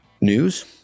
news